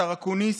השר אקוניס,